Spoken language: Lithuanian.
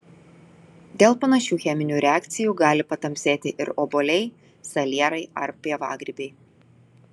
dėl panašių cheminių reakcijų gali patamsėti ir obuoliai salierai ar pievagrybiai